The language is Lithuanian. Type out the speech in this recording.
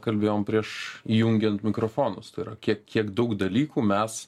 kalbėjom prieš įjungiant mikrofonus tai yra kiek kiek daug dalykų mes